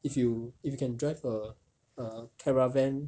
if you if you can drive a a caravan